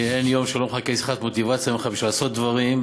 אין יום שאני לא מחכה לשיחת מוטיבציה אתך בשביל לעשות דברים.